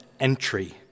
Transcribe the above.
entry